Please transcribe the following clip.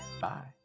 Bye